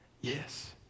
Yes